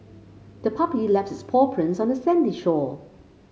the puppy left its paw prints on the sandy shore